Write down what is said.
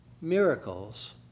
miracles